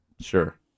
Sure